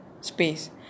space